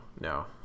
no